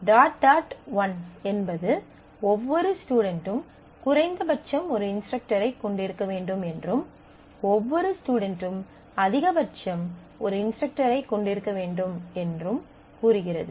dot dot one என்பது ஒவ்வொரு ஸ்டுடென்ட்டும் குறைந்தபட்சம் ஒரு இன்ஸ்ட்ரக்டரைக் கொண்டிருக்க வேண்டும் என்றும் ஒவ்வொரு ஸ்டுடென்ட்டும் அதிகபட்சம் ஒரு இன்ஸ்ட்ரக்டரைக் கொண்டிருக்க வேண்டும் என்றும் கூறுகிறது